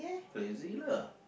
crazy lah